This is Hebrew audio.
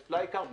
את "פלייכרד".